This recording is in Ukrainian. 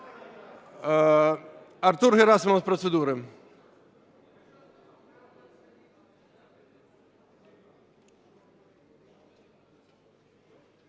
Артур Герасимов з процедури.